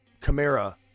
camara